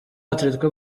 atletico